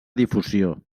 difusió